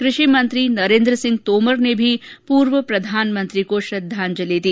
कृषि मंत्री नरेंद्र सिंह तोमर ने भी पूर्व प्रधानमंत्री को श्रद्वांजलि दी